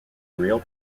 real